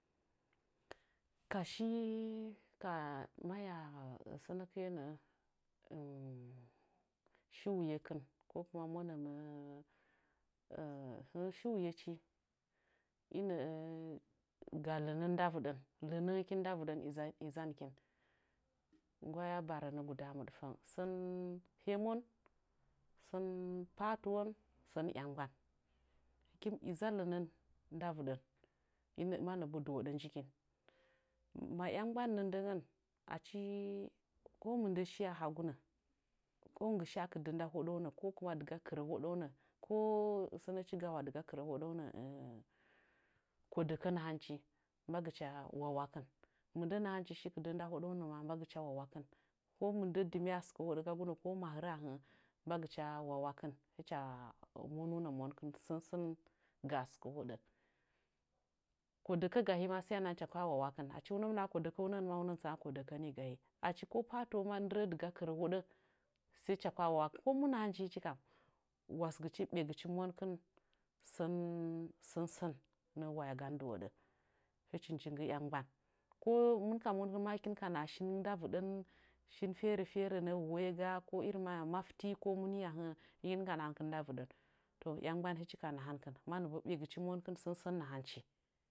Ka shi ka mahyaa sənəkɨ'e nə'ə shi wuyekɨn ko kuma manəmə ko shi wuyechi i nəə ga lənən ndavɨɗən, lənəngəkin ndavɨɗən izzankin. Nggwaya a barənə gudaa mɨɗfəng. Sən hemon, sən paatuwon, sən yammagban. Hɨkin izza lənən ndavɨdən mannə tsu dɨwoɗə njikin. Ma yammagban nə ndəngən acchi ko mɨndə shi a hagunə, ko nggɨsha dɨga kɨnə hoɗəunə, ko sənəchi gahwa dɨga kɨrə hoɗəunə, kodəkə nahanchi, mbagɨcha wawa kɨn. Mɨndə nahachi, nbagɨcha nawakɨn, ko mɨndə dɨmi'a a sɨkə huɗə, mbagɨcha wawakɨn dɨcha momunə sən səə ga a sɨkə hoɗə. kodəkə gahi maa hɨcha kpa'a wawakɨn, a hunə mɨ nahan maaa hunəa monə kodəkə gahi. Ko patuwo ndɨrə'ə a kɨrə hoɗə, sai hɨcha kpa'a wawakɨn, ko mu nahanchi hɨchi kam wasgɨchi. Begɨchi monkɨn sən səə waya ganə. Hɨchi nji nggɨ ‘yammgban, hɨmɨn ka monkɨn maa hɨchi ka naha shin ndɨvɨɗən shin ferəferə i nə'ə wowoyega, ko irin mafti ko irin mahyaa shi a hə'ə. To hɨkin ka nahankɨn ndavɨɗan, ‘yammgban hɨchi ka nahankɨn. Mannə tsu ɓegɨchi monkɨn sən səə nahanchi.